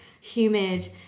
humid